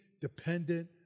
dependent